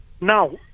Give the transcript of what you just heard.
Now